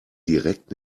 direkt